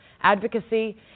advocacy